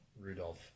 Rudolph